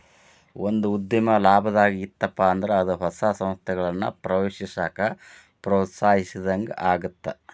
ಒಂದ ಉದ್ಯಮ ಲಾಭದಾಗ್ ಇತ್ತಪ ಅಂದ್ರ ಅದ ಹೊಸ ಸಂಸ್ಥೆಗಳನ್ನ ಪ್ರವೇಶಿಸಾಕ ಪ್ರೋತ್ಸಾಹಿಸಿದಂಗಾಗತ್ತ